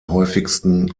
häufigsten